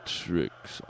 tricks